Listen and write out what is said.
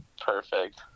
Perfect